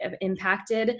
impacted